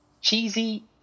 cheesy